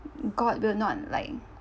god will not like